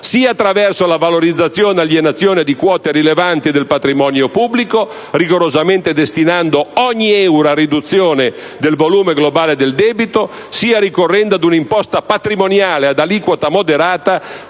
sia attraverso la valorizzazione e l'alienazione di quote rilevanti del patrimonio pubblico - rigorosamente destinando ogni euro a riduzione del volume globale del debito - sia ricorrendo ad una imposta patrimoniale ad aliquota moderata